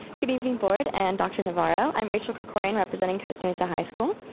good evening board and doctor navarro, i'm rachel kricorian, representing coast mesa high school.